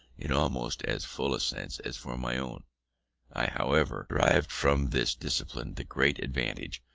in almost as full a sense as for my own i, however, derived from this discipline the great advantage,